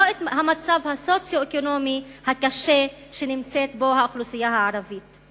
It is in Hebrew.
המצב הסוציו-אקונומי הקשה שהאוכלוסייה הערבית נמצאת בו.